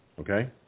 Okay